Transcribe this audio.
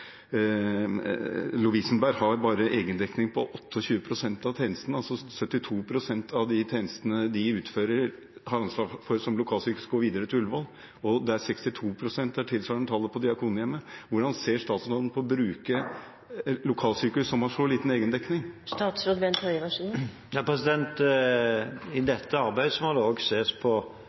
Lovisenberg har f.eks. en egendekning på bare 28 pst. av tjenestene. 72 pst. av tjenestene de har ansvar for som lokalsykehus, går videre til Ullevål. Det tilsvarende tallet for Diakonhjemmet er 62 pst. Hvordan ser statsråden på å bruke lokalsykehus som har så liten egendekning? I dette arbeidet må det også ses på oppgavefordelingen mellom de ulike sykehusene i Oslo. Jeg tror at det